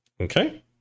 Okay